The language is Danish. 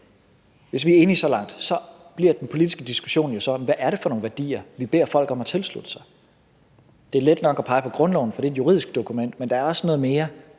grundlovsceremonier – så bliver den politiske diskussion jo om, hvad det er for nogle værdier, vi beder folk om at tilslutte sig. Det er let nok at pege på grundloven, for det er et juridisk dokument, men der er også noget mere,